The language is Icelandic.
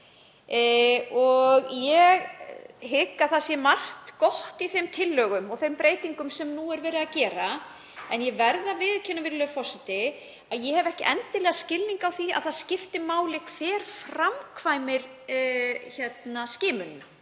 Ég hygg að margt gott sé í þeim tillögum og þeim breytingum sem nú er verið að gera, en ég verð að viðurkenna, virðulegur forseti, að ég hef ekki endilega skilning á því að það skipti máli hver framkvæmir skimunina